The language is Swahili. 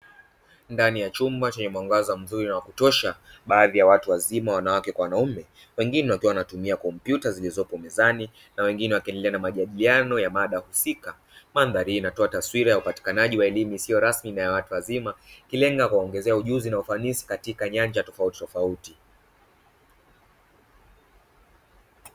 Ndani ya chumba chenye mwangaza mzuri na wakutosha baadhi ya watu wazima wanawake kwa wanaume wengine wakiwa wanatumia kompyuta zilizopo mezani, na wengine wakiendelea na majadiliano ya mada husika. Mandhari hii inatoa taswira ya upatikanaji wa elimu isiyo rasmi na ya watu wazima ikilenga kuwaongezea ujuzi na ufanisi katika nyanja tofautitofauti.